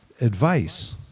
advice